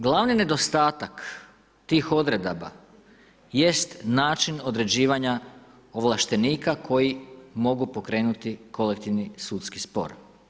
Glavni nedostatak tih odredaba jest način određivanja ovlaštenika koji mogu pokrenuti kolektivni sudski spor.